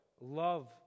love